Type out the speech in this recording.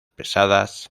pesadas